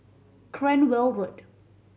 Cranwell Road